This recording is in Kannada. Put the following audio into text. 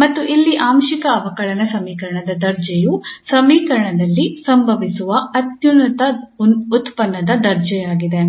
ಮತ್ತು ಇಲ್ಲಿ ಆಂಶಿಕ ಅವಕಲನ ಸಮೀಕರಣದ ದರ್ಜೆಯು ಸಮೀಕರಣದಲ್ಲಿ ಸಂಭವಿಸುವ ಅತ್ಯುನ್ನತ ಉತ್ಪನ್ನದ ದರ್ಜೆಯಾಗಿದೆ